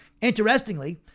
Interestingly